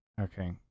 okay